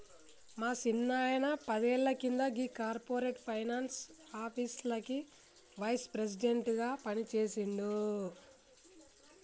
మా సిన్నాయిన పదేళ్ల కింద గీ కార్పొరేట్ ఫైనాన్స్ ఆఫీస్లకి వైస్ ప్రెసిడెంట్ గా పనిజేసిండు